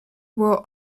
było